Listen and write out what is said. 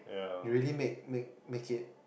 you really make make make it